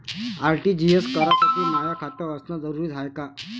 RTGS करासाठी माय खात असनं जरुरीच हाय का?